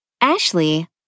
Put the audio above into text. ashley